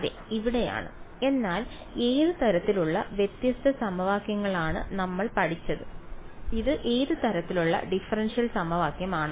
അതെ ഇവിടെയാണ് എന്നാൽ ഏത് തരത്തിലുള്ള വ്യത്യസ്ത സമവാക്യങ്ങളാണ് നമ്മൾ പഠിച്ചത് ഇത് ഏത് തരത്തിലുള്ള ഡിഫറൻഷ്യൽ സമവാക്യമാണ്